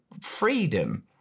freedom